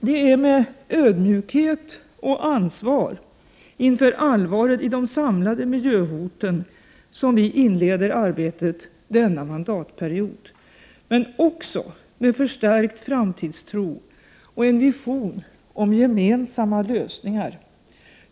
Det är med ödmjukhet och ansvar inför allvaret i de samlade miljöhoten som vi inleder arbetet denna mandatperiod — men också med förstärkt framtidstro och en vision om gemensamma lösningar.